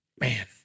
man